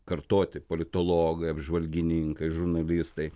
kartoti politologai apžvalgininkai žurnalistai